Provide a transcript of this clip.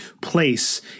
place